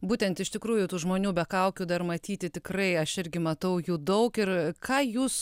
būtent iš tikrųjų tų žmonių be kaukių dar matyti tikrai aš irgi matau jų daug ir ką jūs